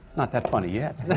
not that funny yet!